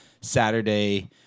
Saturday